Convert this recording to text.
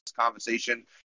conversation